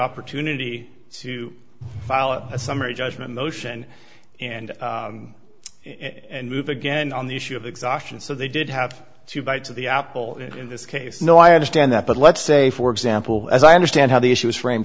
opportunity to follow a summary judgment motion and and move again on the issue of exhaustion so they did have two bites of the apple in this case no i understand that but let's say for example as i understand how the issue is framed